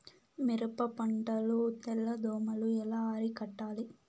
మిరప పంట లో తెల్ల దోమలు ఎలా అరికట్టాలి?